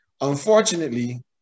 unfortunately